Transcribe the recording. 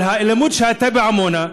אבל האלימות שהייתה בעמונה,